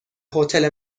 هتل